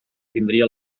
tindria